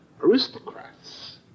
aristocrats